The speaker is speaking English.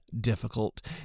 difficult